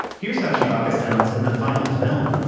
here's how chewbacca sounds in the final film.